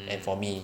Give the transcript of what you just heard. and for me